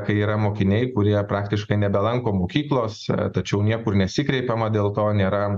kai yra mokiniai kurie praktiškai nebelanko mokyklose tačiau niekur nesikreipiama dėl to nėra